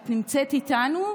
כשאת נמצאת איתנו,